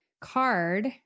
Card